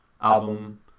album